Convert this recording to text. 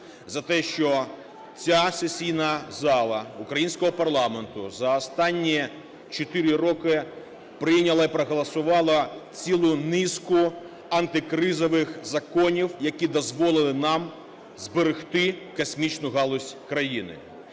за те, що ця сесійна зала українського парламенту за останні 4 роки прийняла і проголосувала цілу низку антикризових законів, які дозволили нам зберегти космічну галузь країни.